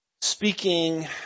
speaking